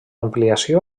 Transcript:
ampliació